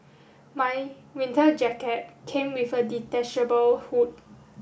my winter jacket came with a detachable hood